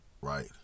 right